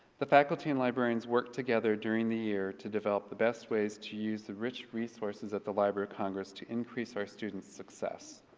the faculty and librarians work together during the year to develop the best ways to use the rich resources at the library of congress to increase our student's success.